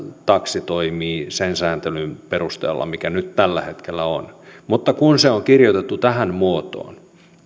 taksi toimii sen sääntelyn perusteella mikä nyt tällä hetkellä on mutta kun se on kirjoitettu tähän muotoon